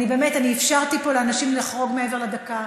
אני באמת אפשרתי פה לאנשים לחרוג מעבר לדקה.